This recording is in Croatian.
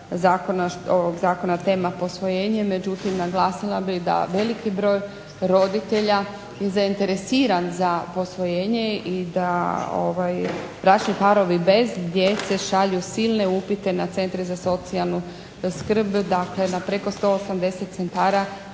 zakona tema posvojenje, međutim naglasila bih da veliki broj roditelja je zainteresiran za posvojenje i da bračni parovi bez djece šalju silne upite na centre za socijalnu skrb, dakle na preko 180 centara